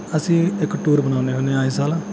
ਅਸੀਂ ਇੱਕ ਟੂਰ ਬਣਾਉਂਦੇ ਹੁੰਦੇ ਹਾਂ ਆਏ ਸਾਲ